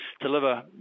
deliver